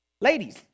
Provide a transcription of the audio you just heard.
Ladies